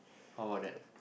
how about that